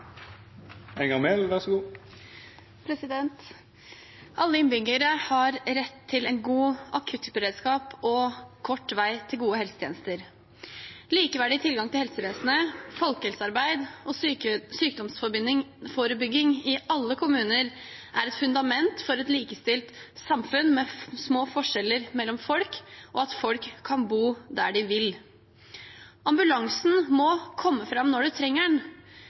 kort vei til gode helsetjenester. Likeverdig tilgang til helsevesenet, folkehelsearbeid og sykdomsforebygging i alle kommuner er et fundament for et likestilt samfunn med små forskjeller mellom folk, og for at folk kan bo der de vil. Ambulansen må komme fram når man trenger den.